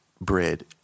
bread